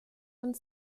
und